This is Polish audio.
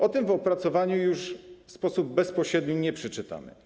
O tym w opracowaniu już w sposób bezpośredni nie przeczytamy.